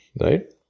right